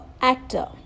actor